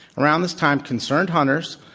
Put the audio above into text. around this time, concerned hunters,